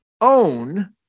own